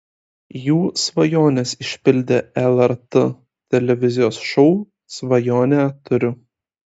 jų svajones išpildė lrt televizijos šou svajonę turiu